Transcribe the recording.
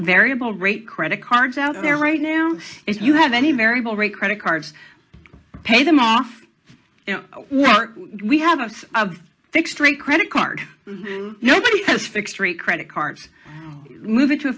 variable rate credit cards out there right now if you have any variable rate credit cards pay them off we have a fixed rate credit card nobody has fixed rate credit cards mov